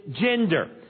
gender